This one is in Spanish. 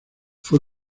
fue